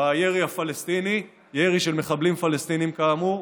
מהירי הפלסטיני, ירי של מחבלים פלסטינים כאמור.